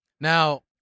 now